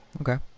Okay